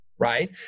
right